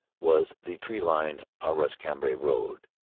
was the tree-lined arras cambrai road.